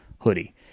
hoodie